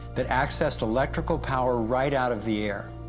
that accessed electrical power right out of the air.